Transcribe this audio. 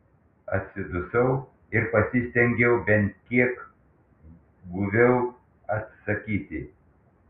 atsidusau ir pasistengiau bent kiek guviau atsakyti